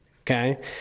okay